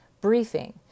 briefing